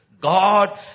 God